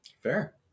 Fair